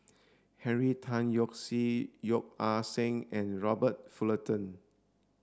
Henry Tan Yoke See Yeo Ah Seng and Robert Fullerton